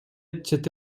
чет